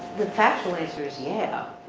the factual answer is yeah,